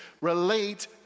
relate